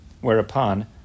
Whereupon